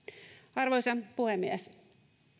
arvoisa puhemies